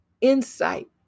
insight